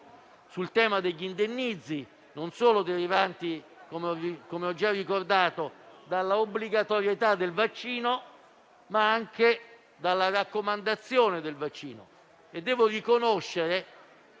sul tema degli indennizzi, non solo derivanti - come ho già ricordato - dalla obbligatorietà del vaccino, ma anche dalla raccomandazione dello stesso. In tal senso, devo riconoscere